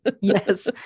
yes